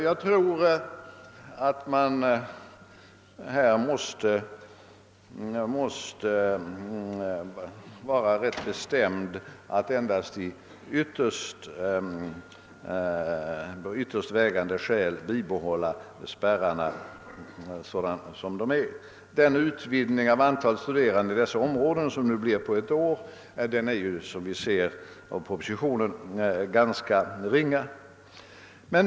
Jag tror att vi här rätt bestämt måste hävda att spärrarna får behållas endast om det föreligger ytterst tungt vägande skäl. Som vi ser av propositionen är den utvidgning av antalet studerande inom de spärrade områdena som sker nästa år ganska ringa.